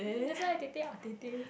that's why ah tetek ah tetek